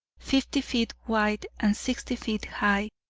fifty feet wide, and sixty feet high,